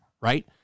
right